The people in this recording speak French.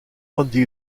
andy